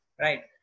right